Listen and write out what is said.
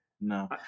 no